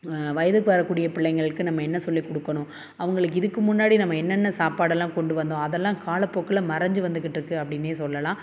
வயதுக்கு வரக்கூடிய பிள்ளைங்களுக்கு நம்ம என்ன சொல்லிக் கொடுக்கணும் அவங்களுக்கு இதுக்கு முன்னாடி நம்ம என்னென்ன சாப்பாடெல்லாம் கொண்டு வந்தோம் அதெல்லாம் கால போக்கில் மறைஞ்சி வந்துக்கிட்ருக்குது அப்படின்னே சொல்லலாம்